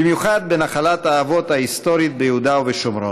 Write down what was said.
במיוחד בנחלת האבות ההיסטורית ביהודה ובשומרון.